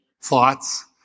thoughts